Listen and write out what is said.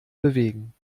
bewegen